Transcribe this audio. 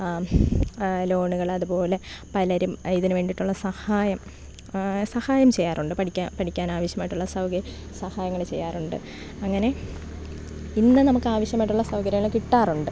ലോണുകൾ അതുപോലെ പലരും ഇതിന് വേണ്ടിയിട്ടുള്ള സഹായം സഹായം ചെയ്യാറുണ്ട് പഠിക്കാൻ പഠിക്കാൻ ആവശ്യമായിട്ടുള്ള സൗകര്യം സഹായങ്ങൾ ചെയ്യാറുണ്ട് അങ്ങനെ ഇന്ന് നമുക്ക് ആവിശ്യമായിട്ടുള്ള സൗകര്യങ്ങൾ കിട്ടാറുണ്ട്